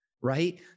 right